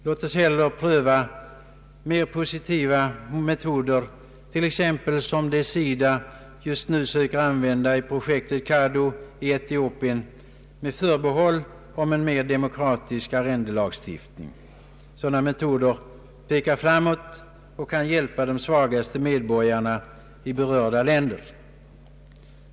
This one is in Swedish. Låt oss hellre pröva mer positiva metoder, t.ex. sådana som de SIDA nu söker använda i projektet CADU i Etiopien med förbehåll om en mer demokratisk jordlagstiftning. Sådana metoder pekar framåt och kan hjälpa de svagaste medborgarna i berörda länder.